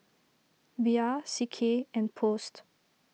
Bia C K and Post